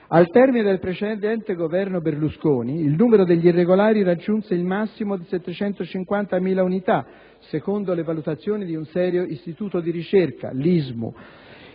Al termine del precedente Governo Berlusconi, il numero degli irregolari raggiunse il massimo di 750.000 unità (secondo le valutazione di un serio istituto di ricerca, l'ISMU).